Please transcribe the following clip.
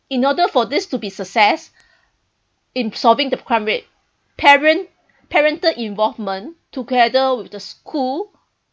in order for this to be success in solving the crime rate parent parental involvement together with the school